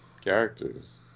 characters